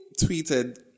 tweeted